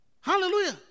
Hallelujah